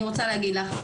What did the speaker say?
אני רוצה להגיד לך.